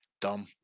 Dumb